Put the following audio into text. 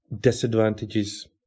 disadvantages